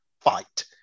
fight